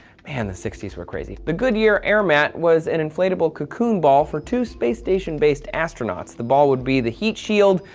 and the sixty s were crazy! the goodyear airmat was an inflatable cocoon ball for two space station-based astronauts. the ball would be the heat shield,